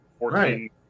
right